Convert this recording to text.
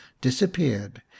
disappeared